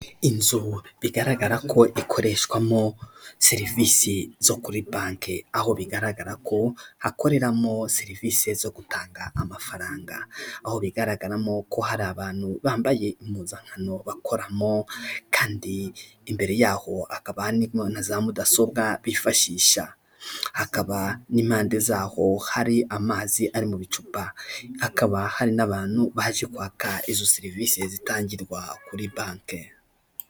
Inzu bigaragara ko ikoreshwamo serivisi zo kuri banki, aho bigaragara ko hakoreramo serivisi zo gutanga amafaranga, aho bigaragaramo ko hari abantu bambaye impuzankano bakoramo, kandi imbere yaho hakaba hari na za mudasobwa bifashisha, hakaba n'impande zaho hari amazi ari mu bicupa, hakaba hari n'abantu baje kwaka izo serivisi zitangirwa kuri banki.